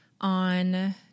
on